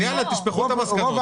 אז יאללה, תשפכו את המסקנות, קדימה.